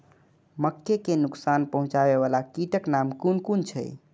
मके के नुकसान पहुँचावे वाला कीटक नाम कुन कुन छै?